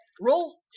Roll